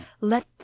let